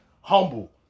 humble